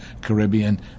Caribbean